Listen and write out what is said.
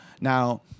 Now